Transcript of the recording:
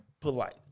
polite